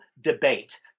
debate